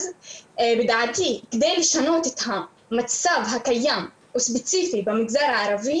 לדעתי כדי לשנות את המצב הקיים וספציפית במגזר הערבי